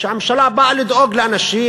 שהממשלה באה לדאוג לאנשים,